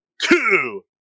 two